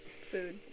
Food